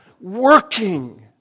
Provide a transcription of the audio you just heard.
working